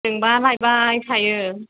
जोंबा लायबाय थायो